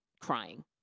Crying